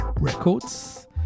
Records